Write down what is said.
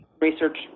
research